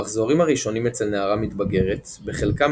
המחזורים הראשונים אצל נערה מתבגרת בחלקם